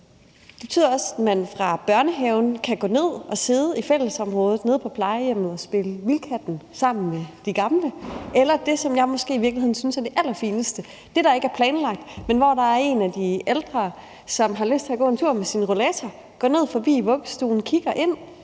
Det betyder også, at man fra børnehaven kan gå ned og sidde i fællesområdet nede på plejehjemmet og spille »Vildkatten« sammen med de gamle, eller at man kan det, som jeg måske i virkeligheden synes er det allerfineste, nemlig det, der ikke er planlagt, men hvor der er en af de ældre, som har lyst til at gå en tur med sin rollator og gå ned forbi børnehaven og kigge ind,